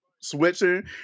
Switching